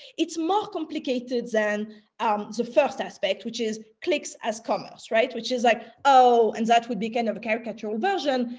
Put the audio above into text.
it's more complicated than the first aspect, which is clicks as commerce. right? which is like, oh, and that would be kind of a caricature version.